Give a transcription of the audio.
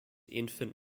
infant